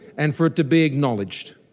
and for it to be acknowledged,